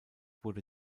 wurden